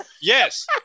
Yes